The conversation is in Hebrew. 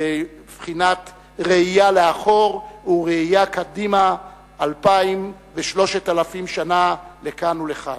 בבחינה ראייה לאחור וראייה קדימה 2,000 ו-3,000 שנה לכאן ולכאן.